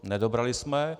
Nedobrali jsme se.